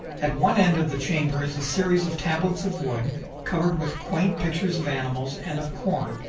at one end of the chamber is a series of tablets of wood covered with quaint pictures of animals and of corn,